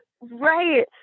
Right